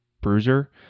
Bruiser